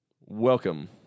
welcome